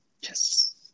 Yes